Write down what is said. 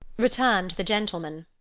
returned the gentleman,